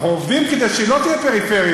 אנחנו עובדים כדי שהיא לא תהיה פריפריה.